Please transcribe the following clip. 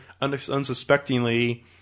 unsuspectingly